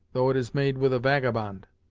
though it is made with a vagabond.